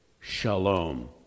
shalom